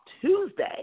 Tuesday